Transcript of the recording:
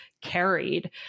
carried